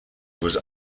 was